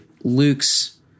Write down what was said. Luke's